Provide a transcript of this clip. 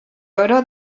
oro